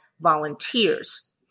volunteers